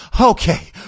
okay